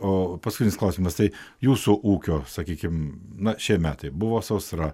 oo paskutinis klausimas tai jūsų ūkio sakykim na šie metai buvo sausra